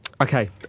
Okay